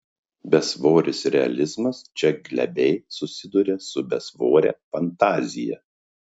besvoris realizmas čia glebiai susiduria su besvore fantazija